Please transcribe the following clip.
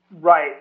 Right